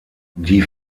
die